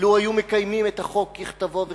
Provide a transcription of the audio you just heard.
לו היו מקיימים את החוק ככתבו וכלשונו.